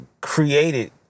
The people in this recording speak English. created